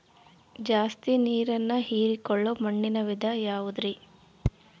ಜಾಸ್ತಿ ನೇರನ್ನ ಹೇರಿಕೊಳ್ಳೊ ಮಣ್ಣಿನ ವಿಧ ಯಾವುದುರಿ?